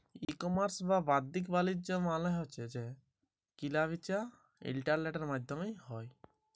ই commerce বা বাদ্দিক বালিজ্য মালে হছে যে কিলা বিচা ইলটারলেটের মাইধ্যমে হ্যয়